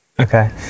Okay